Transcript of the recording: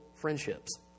friendships